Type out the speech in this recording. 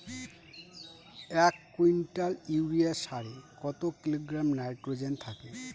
এক quintal urea সারে কত কিলোগ্রাম নাইট্রোজেন থাকে?